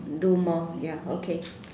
do more ya okay